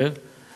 כן?